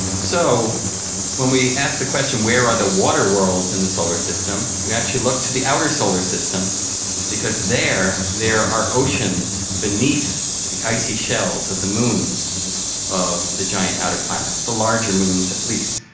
so when we ask the question where are the water worlds in the solar system we actually look to the outer solar system because there there are oceans beneath the icy shells of the moons of the giant outer planets, the larger moons at least.